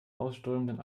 ausströmenden